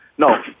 No